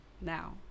now